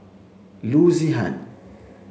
Loo Zihan